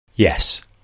Yes